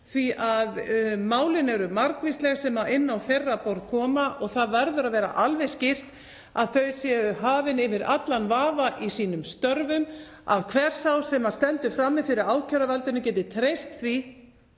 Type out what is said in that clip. því að málin eru margvísleg sem inn á þeirra borð koma og það verður að vera alveg skýrt að þeir séu hafnir yfir allan vafa í sínum störfum og að hver sá sem stendur frammi fyrir ákæruvaldinu geti treyst því